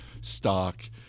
stock